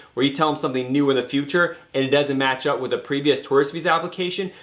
where you tell them something new in the future and it doesn't match up with the previous tourist visa application,